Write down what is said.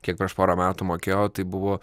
kiek prieš porą metų mokėjo tai buvo